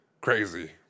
Crazy